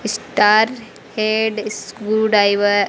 star head screw driver